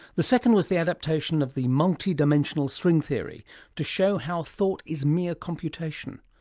the second was the adaptation of the multidimensional string theory to show how thought is mere computation.